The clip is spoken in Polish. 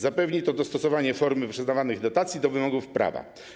Zapewni to dostosowanie formy przyznawanych dotacji do wymogów prawa.